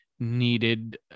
needed